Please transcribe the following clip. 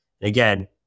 Again